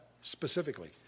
specifically